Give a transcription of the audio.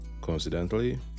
Coincidentally